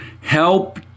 Help